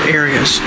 areas